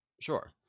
Sure